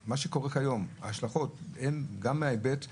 מה שקורה כיום, ההשלכות הן, גם מההיבט שהוא,